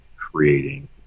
creating